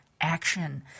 Action